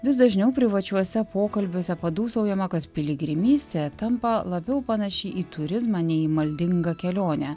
vis dažniau privačiuose pokalbiuose padūsaujama kad piligrimystė tampa labiau panaši į turizmą nei į maldingą kelionę